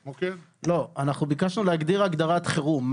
לא, אנחנו ביקשנו להגדיר הגדרת חירום.